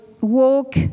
walk